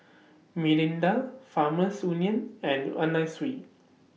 Mirinda Farmers Union and Anna Sui